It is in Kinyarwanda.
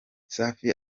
safi